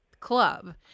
Club